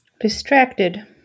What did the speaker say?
distracted